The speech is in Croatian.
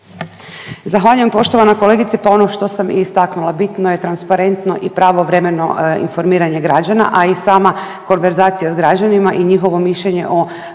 Zahvaljujem poštovana kolegice, pa ono što sam i istaknula bitno je transparentno i pravovremeno informiranje građana, a i sama organizacija s građanima i njihovo mišljenje o